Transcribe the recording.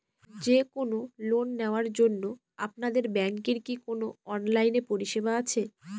যে কোন লোন নেওয়ার জন্য আপনাদের ব্যাঙ্কের কি কোন অনলাইনে পরিষেবা আছে?